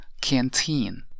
canteen